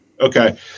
Okay